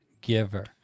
giver